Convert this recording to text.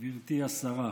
גברתי השרה,